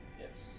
Yes